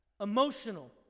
emotional